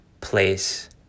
place